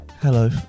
Hello